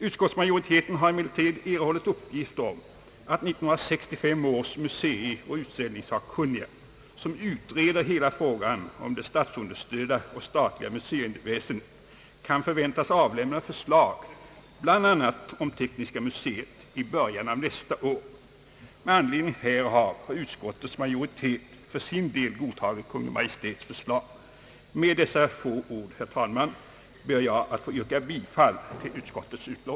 Utskottsmajoriteten har emellertid fått uppgift om att 1965 års museioch utställningssakkunniga, som utreder hela frågan om de statsunderstödda och statliga museerna, kan förväntas avlämna förslag om bl.a. Tekniska museet i början av nästa år. Med anledning härav har utskottsmajoriteten för sin del godtagit Kungl. Maj:ts förslag. Herr talman! Med dessa få ord ber jag att få yrka bifall till utskottets hemställan.